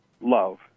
love